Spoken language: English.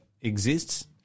exists